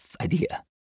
idea